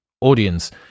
audience